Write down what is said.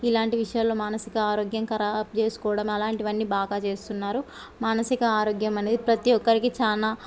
ఇలాంటి విషయాల్లో మానసిక ఆరోగ్యం ఖరాబ్ చేసుకోవడం అలాంటివి అన్ని బాగా చేస్తున్నారు మానసిక ఆరోగ్యం అనేది ప్రతి ఒక్కరికి చాలా